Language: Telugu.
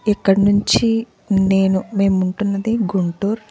ఇక్కడ నుంచి నేను మేముంటున్నది గుంటూరు